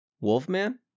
Wolfman